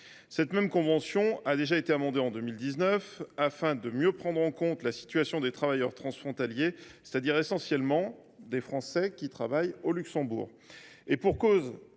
Cette même convention a déjà été amendée en 2019, afin de mieux prendre en compte la situation des travailleurs transfrontaliers, c’est à dire essentiellement des Français travaillant au Luxembourg.